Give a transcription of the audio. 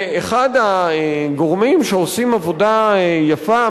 אחד הגורמים שעושים עבודה יפה,